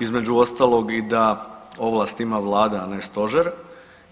Između ostalog i da ovlasti ima Vlada, a ne Stožer